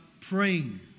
praying